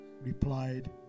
replied